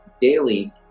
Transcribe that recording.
daily